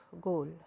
goal